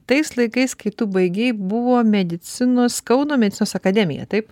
tais laikais kai tu baigei buvo medicinos kauno medicinos akademija taip